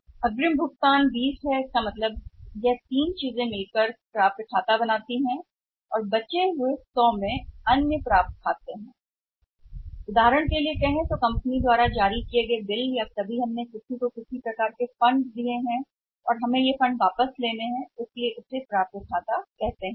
उन्नत जमा राशि 20 कितनी है तो इसका मतलब है कि ये तीन चीजें खाते हैं प्राप्य और शेष 100 अन्य खाता प्राप्य है उदाहरण के लिए कुछ कहते हैं बिल फर्म द्वारा उठाए गए आवास बिल या शायद कभी कभी हमारे पास अन्य प्रकार के हो सकते हैं फंड्स जो हमने किसी को दिए हैं और हमें इन फंड्स को वापस प्राप्त करना है इसलिए इन्हें बुलाया जाएगा प्राप्त खाते